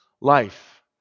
life